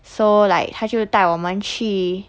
so like 她就带我们去